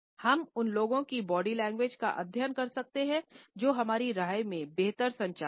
हम उन लोगों की बॉडी लैंग्वेज का अध्ययन कर सकते हैं जो हमारी राय में बेहतर संचारक हैं